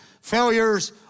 failures